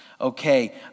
Okay